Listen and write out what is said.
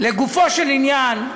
לגופו של עניין,